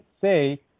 say